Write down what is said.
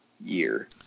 Year